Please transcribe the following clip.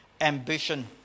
ambition